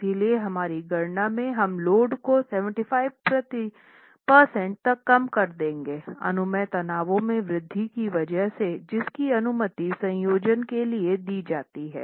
इसलिएहमारी गणना में हम लोड को 75 प्रतिशत तक कम कर देंगे अनुमेय तनावों में वृद्धि की वजह से जिसकी अनुमति संयोजन के लिए दी जाती हैं